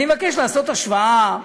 מבקש לעשות השוואה.